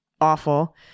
awful